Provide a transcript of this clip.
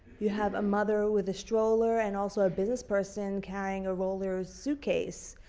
you have a mother with a stroller and also a businessperson carrying a roller suitcase.